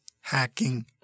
hacking